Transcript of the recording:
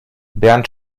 bernd